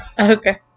Okay